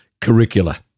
curricula